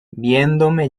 viéndome